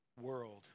world